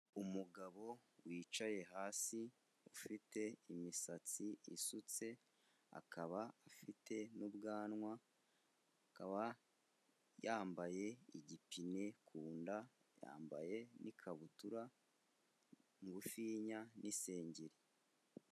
Umugabo wicaye hasi, ufite imisatsi isutse, akaba afite n'ubwanwa, akaba yambaye igipine ku nda, yambaye n'ikabutura ngufinya n'isengeri.